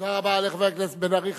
תודה רבה לחבר הכנסת בן-ארי.